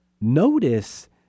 notice